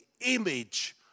image